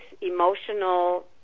emotional